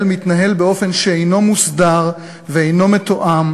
מתנהל באופן שאינו מוסדר ואינו מתואם,